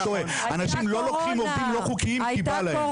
אנשים לא לוקחים עובדים לא חוקיים כי בא להם,